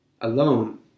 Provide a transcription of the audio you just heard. alone